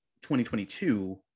2022